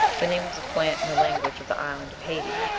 the name of the plant in the language of the island of hayti.